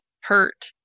hurt